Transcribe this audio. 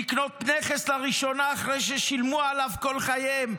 לקנות נכס לראשונה אחרי ששילמו עליו כל חייהם.